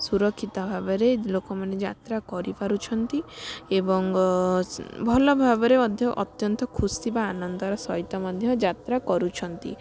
ସୁରକ୍ଷିତ ଭାବରେ ଲୋକମାନେ ଯାତ୍ରା କରିପାରୁଛନ୍ତି ଏବଂ ଭଲଭାବରେ ମଧ୍ୟ ଅତ୍ୟନ୍ତ ଖୁସି ବା ଆନନ୍ଦର ସହିତ ମଧ୍ୟ ଯାତ୍ରା କରୁଛନ୍ତି